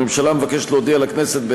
הממשלה מבקשת להודיע לכנסת,